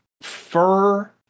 fur-